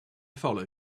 follow